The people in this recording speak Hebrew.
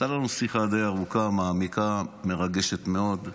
הייתה לנו שיחה די ארוכה, מעמיקה ומרגשת מאוד.